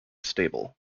stable